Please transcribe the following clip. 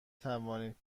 توانید